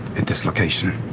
at this location.